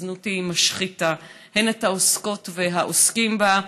הזנות משחיתה את העוסקות והעוסקים בה,